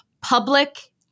public